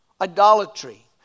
idolatry